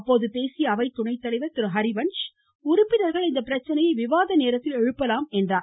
அப்போது பேசிய அவை துணைத்தலைவர் ஹரிவஞ்ச் உறுப்பினர்கள் இப்பிரச்சனையை விவாத நேரத்தில் எழுப்பலாம் என்று கூறினார்